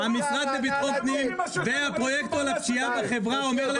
המשרד לביטחון פנים והפרויקטור על הפשיעה אומר לך